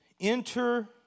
Enter